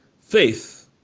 faith